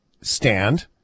stand